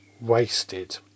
wasted